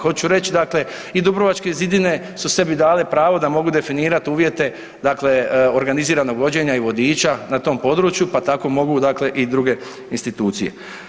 Hoće reći dakle i Dubrovačke zidine su sebi dale pravo da mogu definirati uvjete organiziranog vođenja i vodiča na tom području, pa tako mogu dakle i druge institucije.